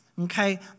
okay